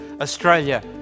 Australia